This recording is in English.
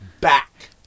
back